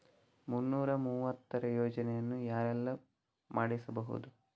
ಮುನ್ನೂರ ಮೂವತ್ತರ ಯೋಜನೆಯನ್ನು ಯಾರೆಲ್ಲ ಮಾಡಿಸಬಹುದು?